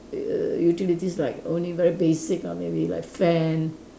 err utilities like only very basic ah maybe like fan